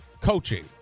coaching